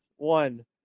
One